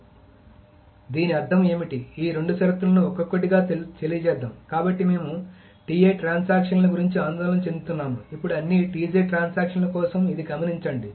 కాబట్టి దీని అర్థం ఏమిటి ఈ రెండు షరతులను ఒక్కొక్కటిగా తెలియజేద్దాం కాబట్టి మేము ట్రాన్సాక్షన్ ల గురించి ఆందోళన చెందుతున్నాము ఇప్పుడు అన్ని ట్రాన్సాక్షన్ ల కోసం ఇది గమనించండి